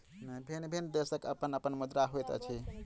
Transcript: भिन्न भिन्न देशक अपन अपन मुद्रा होइत अछि